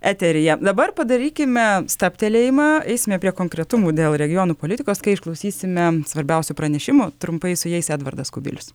eteryje dabar padarykime stabtelėjimą eisime prie konkretumų dėl regionų politikos kai išklausysime svarbiausių pranešimų trumpai su jais edvardas kubilius